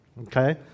okay